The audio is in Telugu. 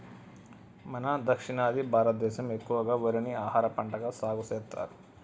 మన దక్షిణాది భారతదేసం ఎక్కువగా వరిని ఆహారపంటగా సాగుసెత్తారు